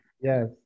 Yes